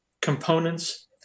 components